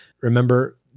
Remember